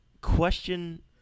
Question